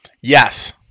Yes